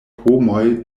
homoj